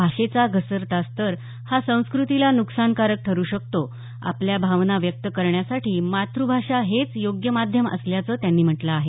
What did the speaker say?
भाषेचा घसरता स्तर हा संस्कृतीला नुकसानकारक ठरू शकतो आपल्या भावना व्यक्त करण्यासाठी मातृभाषा हेच योग्य माध्यम असल्याचं त्यांनी म्हटलं आहे